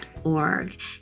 org